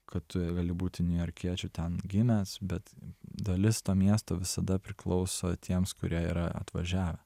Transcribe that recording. kad tu gali būti niujorkiečiu ten gimęs bet dalis to miesto visada priklauso tiems kurie yra atvažiavę